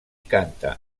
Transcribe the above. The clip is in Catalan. canta